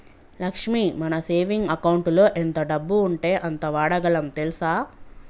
లక్ష్మి మన సేవింగ్ అకౌంటులో ఎంత డబ్బు ఉంటే అంత వాడగలం తెల్సా